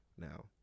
now